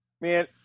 man